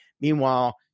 meanwhile